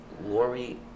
Lori